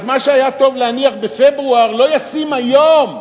אז מה שהיה טוב להניח בפברואר לא ישים היום.